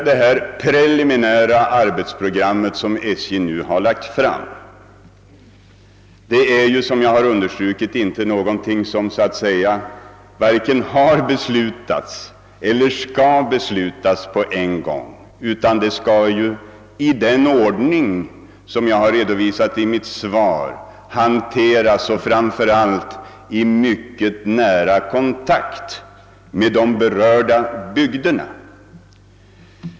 Det preliminära arbetsprogram som SJ nu har lagt fram är — som jag har understrukit — inte någonting som vare sig har beslutats eller skall beslutas på en gång, utan det skall handläggas i den ordning som jag har redovisat i mitt svar, framför allt i mycket nära kontakt med de berörda bygderna.